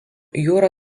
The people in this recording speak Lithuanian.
jūrą